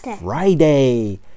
Friday